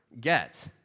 get